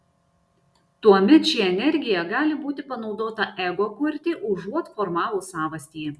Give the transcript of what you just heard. tuomet ši energija gali būti panaudota ego kurti užuot formavus savastį